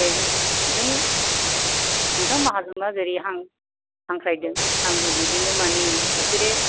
दे नों नोंथां माहाजोनआ जेरै हांख्रायदों आंबो बिदिनो माने सासे